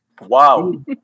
Wow